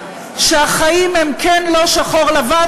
שהחיים הם כן-לא-שחור-לבן,